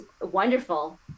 wonderful